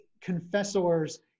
confessor's